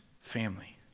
family